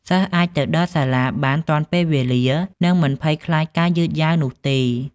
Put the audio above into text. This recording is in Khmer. សិស្សអាចទៅដល់សាលាបានទាន់ពេលវេលានិងមិនភ័យខ្លាចការយឺតយ៉ាវនោះទេ។